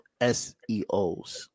SEOs